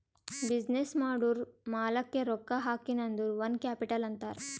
business ಮಾಡೂರ್ ಮಾಲಾಕ್ಕೆ ರೊಕ್ಕಾ ಹಾಕಿನ್ ಅಂದುರ್ ಓನ್ ಕ್ಯಾಪಿಟಲ್ ಅಂತಾರ್